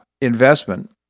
investment